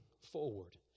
forward